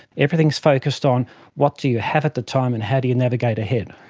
everything is focused on what do you have at the time and how do you navigate ahead.